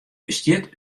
bestiet